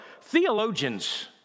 theologians